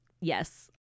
Yes